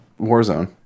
Warzone